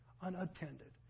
unattended